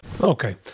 Okay